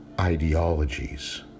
ideologies